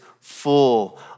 full